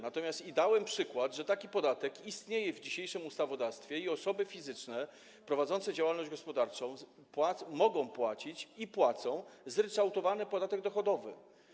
Natomiast dałem przykład, że taki podatek istnieje w dzisiejszym ustawodawstwie i że osoby fizyczne prowadzące działalność gospodarczą mogą płacić i płacą zryczałtowany podatek dochodowy.